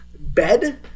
bed